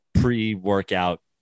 Pre-workout